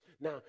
Now